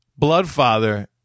Bloodfather